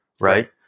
Right